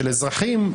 של אזרחים,